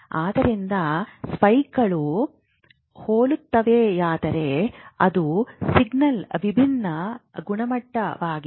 ಆದ್ದರಿಂದ ಸ್ಪೈಕ್ಗಳು ಹೋಲುತ್ತವೆಯಾದರೂ ಅದು ಸಿಗ್ನಲ್ನ ವಿಭಿನ್ನ ಗುಣಮಟ್ಟವಾಗಿದೆ